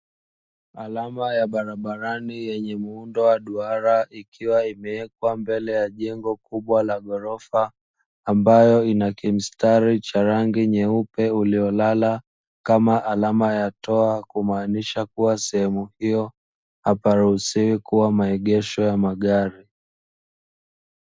Alama ya barabarani yenye muundo wa duara ikiwa imewekwa mbele ya jengo kubwa la gorofa, ambayo ina kimstari cha rangi nyeupe uliolala kama alama ya toa, ikimaanisha kuwa sehemu hiyo haparuhusiwi kuwa maegesho ya magari.